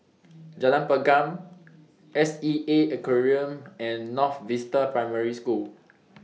Jalan Pergam S E A Aquarium and North Vista Primary School